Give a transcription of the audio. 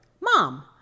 Mom